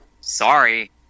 Sorry